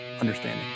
understanding